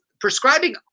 Prescribing